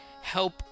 help